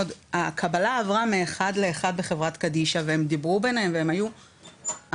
הקבלה עברה מאחד לשני בחברת קדישא והם דיברו ביניהם והם היו המומים.